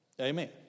Amen